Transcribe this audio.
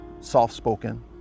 soft-spoken